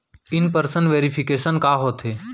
In person verification का होथे?